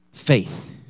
Faith